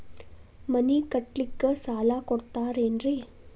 ಮನಿ ಕಟ್ಲಿಕ್ಕ ಸಾಲ ಕೊಡ್ತಾರೇನ್ರಿ?